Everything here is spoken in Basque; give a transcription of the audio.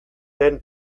den